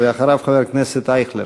אחריו, חבר הכנסת אייכלר.